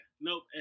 nope